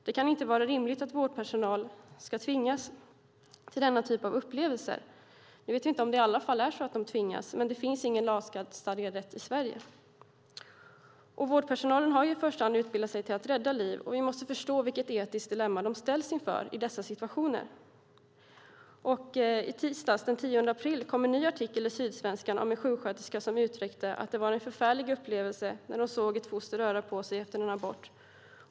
Det kan inte vara rimligt att vårdpersonal ska tvingas till denna typ av upplevelser. Nu vet vi inte om det är så att de tvingas i samtliga fall, men det finns ingen lagstadgad rätt i Sverige. Vårdpersonalen har i första hand utbildat sig till att rädda liv, och vi måste förstå vilket etiskt dilemma de ställs inför i dessa situationer. I tisdags, den 10 april, kom en ny artikel i Sydsvenskan om en sjuksköterska som uttryckte att det var en förfärlig upplevelse när hon såg ett foster röra på sig efter en abort.